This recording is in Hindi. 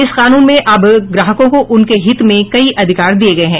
इस कानून में अब ग्राहकों को उनके हित में कई अधिकार दिये गये हैं